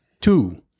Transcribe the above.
Two